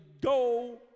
go